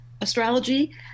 astrology